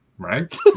Right